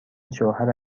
شوهر